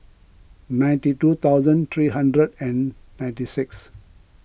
ninety two thousand three hundred and ninety six